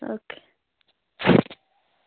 okay